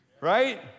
Right